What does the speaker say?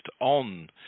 on